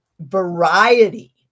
variety